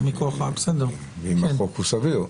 לא מכוח --- ואם החוק הוא סביר.